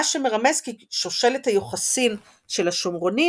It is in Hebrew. מה שמרמז כי שושלת היוחסין של השומרונים